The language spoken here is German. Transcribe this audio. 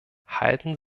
halten